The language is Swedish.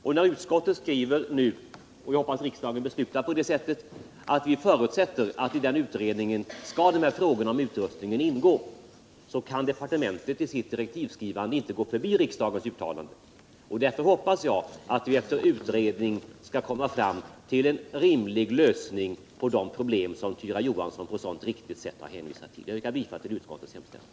När nu utskottet skriver — och jag hoppas att riksdagen beslutar på det sättet — att vi förutsätter att i utredningen skall frågan om utrustningen ingå, så kan departementet i sitt direktivskrivande inte gå förbi riksdagens uttalande. Därför hoppas jag att vi efter utredningen skall komma fram till en rimlig lösning på de problem som Tyra Johansson på ett så riktigt sätt hänvisat till. Jag yrkar bifall till utskottets hemställan.